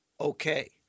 okay